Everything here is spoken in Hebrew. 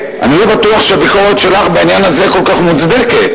אני לא בטוח שהביקורת שלך בעניין הזה כל כך מוצדקת.